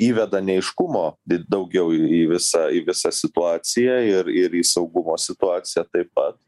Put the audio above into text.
įveda neaiškumo daugiau į visą į visą situaciją ir ir saugumo situaciją taip pa